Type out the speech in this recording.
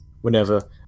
whenever